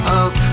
up